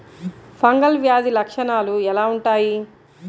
Fungal వ్యాధి లక్షనాలు ఎలా వుంటాయి?